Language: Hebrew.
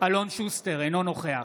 אלון שוסטר, אינו נוכח